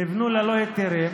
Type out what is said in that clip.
נבנו ללא היתרים,